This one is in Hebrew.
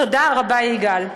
תודה רבה, יגאל.